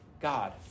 God